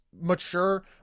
mature